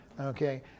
Okay